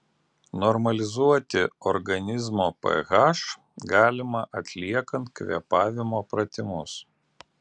normalizuoti organizmo ph galima atliekant kvėpavimo pratimus